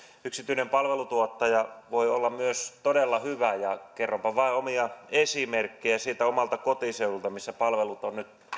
yksityinen palveluntuottaja voi olla myös todella hyvä ja kerronpa vain omia esimerkkejä sieltä omalta kotiseudulta missä palvelut on nyt